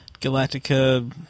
Galactica